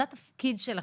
זה התפקיד שלכם.